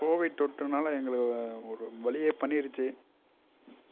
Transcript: Covid தொற்றுனால் எங்களை ஒரு வழியே பண்ணிடுச்சி